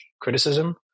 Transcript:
criticism